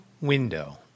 window